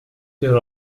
there